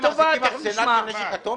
אוטובוסים ביהודה ושומרון.